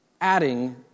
adding